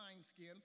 skin